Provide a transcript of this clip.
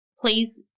please